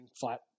flat